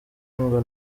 ngo